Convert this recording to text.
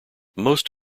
most